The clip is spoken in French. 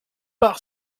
par